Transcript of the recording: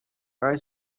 گاهی